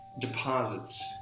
deposits